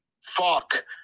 fuck